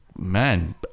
Man